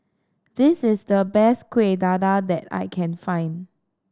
this is the best Kueh Dadar that I can find